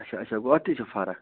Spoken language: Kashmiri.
اَچھا اَچھا گوٚو اَتھ تہِ چھِ فرق